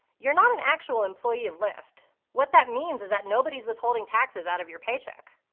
you're not an actual employee of lyft. what that means is that nobody's withholding taxes out of your paycheck.